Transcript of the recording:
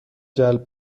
جلب